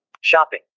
Shopping